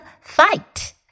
fight